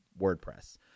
WordPress